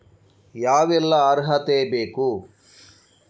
ಯಾವೆಲ್ಲ ಅರ್ಹತೆ ಬೇಕು?